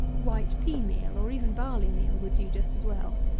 white pea-meal, or even barley-meal, would do just as well.